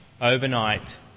overnight